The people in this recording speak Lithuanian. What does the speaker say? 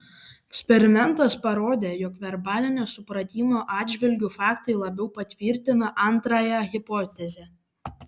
eksperimentas parodė jog verbalinio supratimo atžvilgiu faktai labiau patvirtina antrąją hipotezę